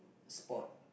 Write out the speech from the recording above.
spot